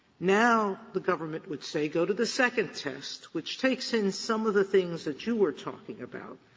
now, the government would say, go to the second test, which takes in some of the things that you were talking about,